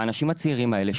לאנשים הצעירים האלה,